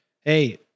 hey